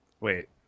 wait